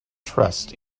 trust